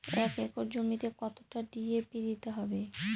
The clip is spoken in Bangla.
এক একর জমিতে কতটা ডি.এ.পি দিতে হবে?